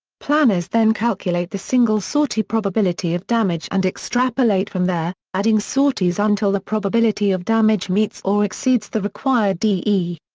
planners then calculate the single sortie probability of damage and extrapolate from there, adding sorties until the probability of damage meets or exceeds the required de.